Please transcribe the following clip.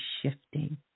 shifting